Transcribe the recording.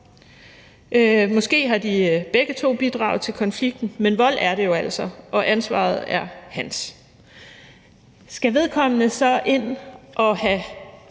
Måske har de begge to bidraget til konflikten, men vold er det jo altså, og ansvaret er vedkommendes. Skal vedkommende så ind og have